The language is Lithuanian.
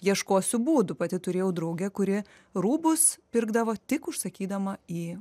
ieškosiu būdų pati turėjau draugę kuri rūbus pirkdavo tik užsakydama į